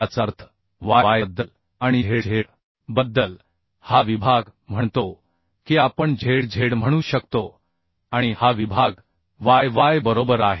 याचा अर्थ y y बद्दल आणि z z बद्दल हा विभाग म्हणतो की आपण z z म्हणू शकतो आणि हा विभाग y y बरोबर आहे